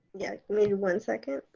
yeah, maybe one second.